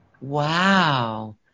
Wow